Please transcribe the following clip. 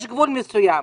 יש גבול מסוים.